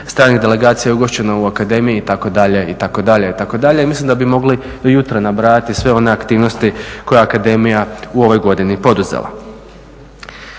stranih delegacija je ugošćeno u akademiji itd., itd.., itd.. Mislim da bi mogli do jutra nabrajati sve one aktivnosti koje Akademija u ovoj godini poduzela.